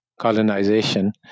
colonization